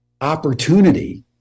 opportunity